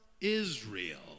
Israel